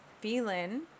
feeling